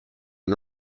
and